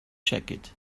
jacket